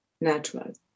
Natural